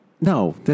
No